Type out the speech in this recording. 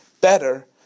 better